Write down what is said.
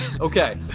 Okay